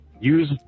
use